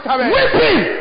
Weeping